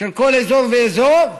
של כל אזור ואזור,